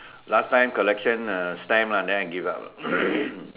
last time collection uh stamp lah then I give up lah